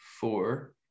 four